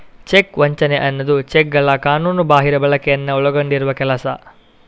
check ವಂಚನೆ ಅನ್ನುದು ಚೆಕ್ಗಳ ಕಾನೂನುಬಾಹಿರ ಬಳಕೆಯನ್ನ ಒಳಗೊಂಡಿರುವ ಕೆಲಸ